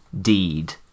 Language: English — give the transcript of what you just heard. deed